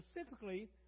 specifically